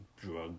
drug